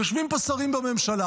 יושבים פה שרים בממשלה